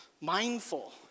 mindful